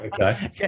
okay